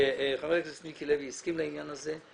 חבר הכנסת מיקי לוי הסכים לעניין הזה.